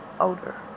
older